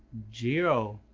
gee-ro,